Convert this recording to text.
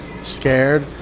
scared